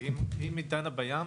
כי אם היא דנה בים,